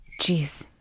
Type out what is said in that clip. Jeez